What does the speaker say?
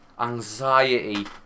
anxiety